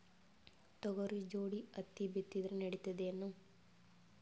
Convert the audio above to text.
ತೊಗರಿ ಜೋಡಿ ಹತ್ತಿ ಬಿತ್ತಿದ್ರ ನಡಿತದೇನು?